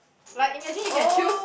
like imagine you can choose